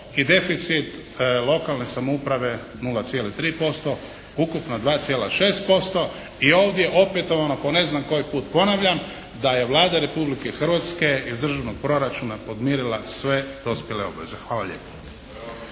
i deficit lokalne samouprave 0,3%. Ukupno 2,6% i ovdje opetovano po ne znam koji put ponavljam da je Vlada Republike Hrvatske iz državnog proračuna podmirila sve dospjele obveze. Hvala lijepo.